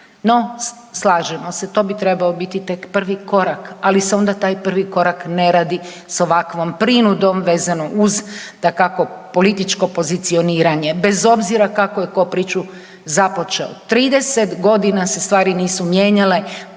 No, slažemo se to bi trebao biti tek prvi korak, ali se onda taj prvi korak ne radi s ovakvom prinudom vezano uz dakako političko pozicioniranje bez obzira kako je tko priču započeo. 30 godina se stvari nisu mijenjale,